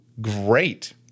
great